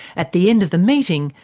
at the end of the meeting,